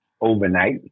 overnight